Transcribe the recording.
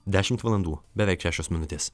dešimt valandų beveik šešios minutės